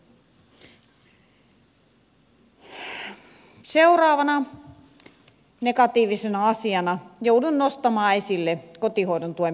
seuraavana negatiivisena asiana joudun nostamaan esille kotihoidon tuen pakkokiintiöinnin